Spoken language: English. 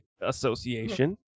association